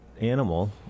animal